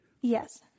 Yes